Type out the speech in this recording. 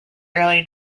early